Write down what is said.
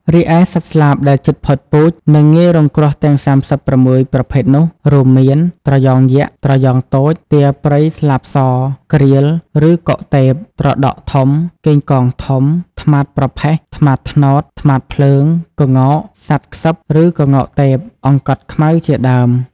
រីឯសត្វស្លាបដែលជិតផុតពូជ និងងាយរងគ្រោះទាំង ៣៦ ប្រភេទនោះ រួមមាន ត្រយងយក្ស ត្រយងតូច ទាព្រៃស្លាបស ក្រៀល ឬកុកទេព ត្រដក់ធំ កេងកងធំ ត្មាតប្រផេះ ត្មោតត្នោត ត្មាតភ្លើង ក្ងោក សត្វក្សឹប ឬក្ងោកទេព អង្កត់ខ្មៅជាដើម។